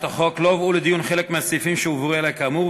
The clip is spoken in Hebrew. החוק לא הובאו לדיון חלק מהסעיפים שהועברו אליה כאמור,